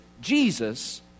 Jesus